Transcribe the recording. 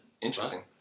interesting